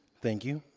thank you.